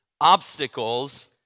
obstacles